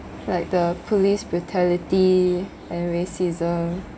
like the police brutality and racism